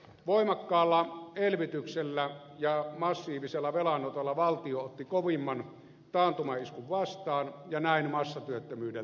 voimakkaalla elvytyksellä ja massiivisella velanotolla valtio otti kovimman taantumaiskun vastaan ja näin massatyöttömyydeltä vältyttiin